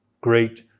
great